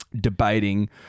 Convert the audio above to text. Debating